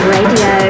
Radio